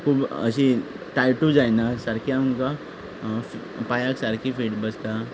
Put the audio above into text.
खूब अशीं टायटूय जायना सारकीं आमकां पांयार सारकीं फीट बसता